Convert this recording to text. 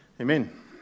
amen